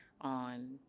on